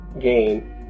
game